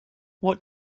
what